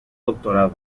doctorado